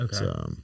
Okay